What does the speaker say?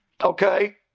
Okay